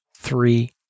three